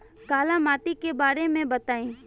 काला माटी के बारे में बताई?